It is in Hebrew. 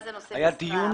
מה זה נושא משרה?